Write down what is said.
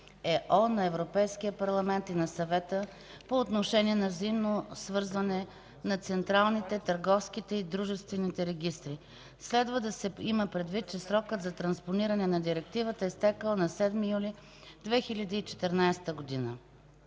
на Европейския парламент и на Съвета по отношение на взаимното свързване на централните, търговските и дружествените регистри. Следва да се има предвид, че срокът за транспониране на Директивата е изтекъл на 7 юли 2014 г.